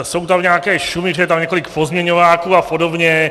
Jsou tam nějaké šumy, je tam několik pozměňováků a podobně.